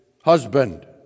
husband